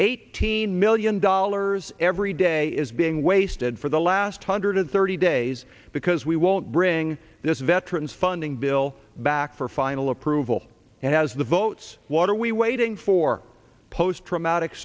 eighteen million dollars every day is being wasted for the last hundred thirty days because we won't bring this veterans funding bill back for final approval and has the votes what are we waiting for post traumatic